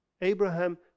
Abraham